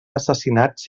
assassinats